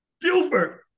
Buford